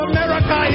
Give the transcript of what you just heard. America